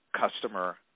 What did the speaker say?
customer